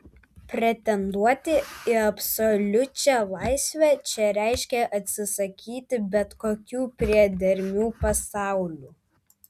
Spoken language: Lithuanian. pretenduoti į absoliučią laisvę čia reiškė atsisakyti bet kokių priedermių pasauliui